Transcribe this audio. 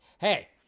Hey